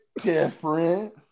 different